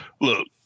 Look